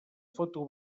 foto